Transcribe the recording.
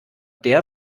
der